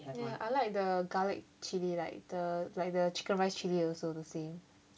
ya I like the garlic chili like the like the chicken rice chilli also the same